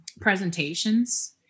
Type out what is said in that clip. presentations